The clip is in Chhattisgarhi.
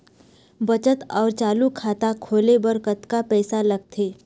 बचत अऊ चालू खाता खोले बर कतका पैसा लगथे?